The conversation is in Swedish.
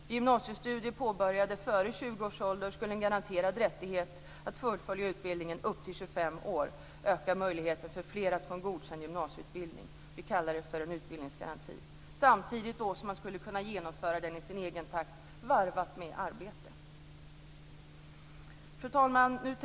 Vid gymnasiestudier påbörjade före 20 års ålder skulle en garanterad rättighet att fullfölja utbildningen, upp till 25 års ålder, öka möjligheten för fler att få en godkänd gymnasieutbildning - vi kallar det för en utbildningsgaranti - samtidigt som man skulle kunna genomföra den i sin egen takt, varvat med arbete. Fru talman!